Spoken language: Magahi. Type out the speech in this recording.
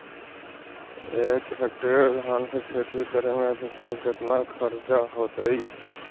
एक हेक्टेयर धान के खेती करे में अधिकतम केतना खर्चा होतइ?